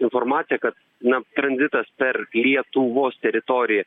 informaciją kad na tranzitas per lietuvos teritoriją